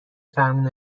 فرمون